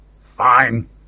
Fine